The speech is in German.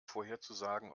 vorherzusagen